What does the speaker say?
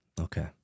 Okay